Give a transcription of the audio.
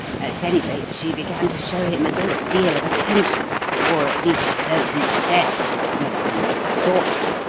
at any rate, she began to show him a great deal of attention or, at least, so he says, although i never saw it.